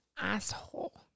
asshole